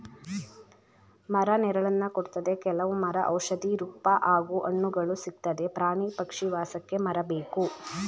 ಮರ ನೆರಳನ್ನ ಕೊಡ್ತದೆ ಕೆಲವ್ ಮರ ಔಷಧಿ ರೂಪ ಹಾಗೂ ಹಣ್ಣುಗಳು ಸಿಕ್ತದೆ ಪ್ರಾಣಿ ಪಕ್ಷಿ ವಾಸಕ್ಕೆ ಮರ ಬೇಕು